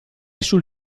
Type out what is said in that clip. sul